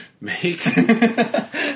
make